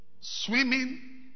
Swimming